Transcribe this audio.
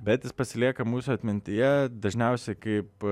bet jis pasilieka mūsų atmintyje dažniausiai kaip